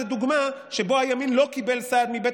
זו דוגמה שבה הימין לא קיבל סעד מבית